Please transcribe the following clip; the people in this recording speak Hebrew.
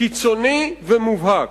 קיצוני ומובהק.